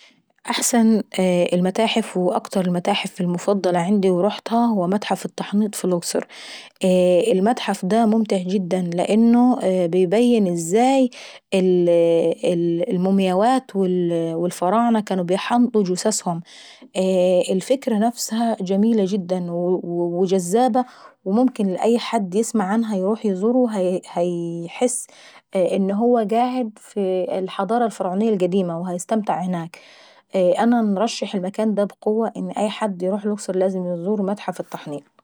احسن المتاحف واكتر المتاحف المفضلة عيندي واللي رحتها هو متحف التحيط في الأقصر. اييه المتحف دا ممتع جدا لانه بيبن ازاي ال المومياوات والفراعنة كانوا بيحنطوا جثثهم. ايييه الفكرة جميلة جدا وجذابة وممكن أي حد يسمع عنها يروح ايزوره وعيحس انه هو قاعد في الحضارة الفرعونية القديمة وهيستمتع هناك. انا نرشح المكان دا بقوة ان اي حد يروح الاقصر لازم يزور متحف التحنيط.